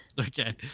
Okay